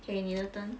K 你的 turn